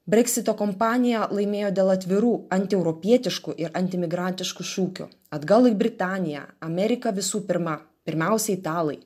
breksito kompanija laimėjo dėl atvirų antieuropietiškų ir antimigratiškų šūkių atgal į britaniją amerika visų pirma pirmiausiai italai